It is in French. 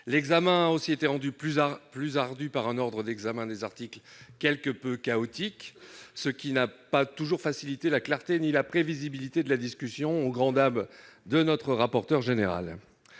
partie a été rendue plus ardue par un ordre d'examen des articles quelque peu chaotique. Cette méthode n'a pas toujours favorisé la clarté et la prévisibilité de la discussion, au grand dam de M. le rapporteur général.